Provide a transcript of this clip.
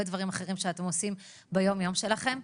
דברים אחרים שאתם עושים ביום-יום שלכם.